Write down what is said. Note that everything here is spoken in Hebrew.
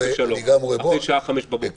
אחרי שעה 05:00 בבוקר.